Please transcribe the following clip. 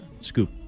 scoop